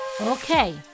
okay